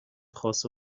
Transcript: خواست